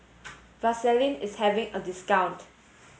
Vaselin is having a discount